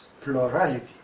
plurality